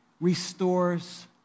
restores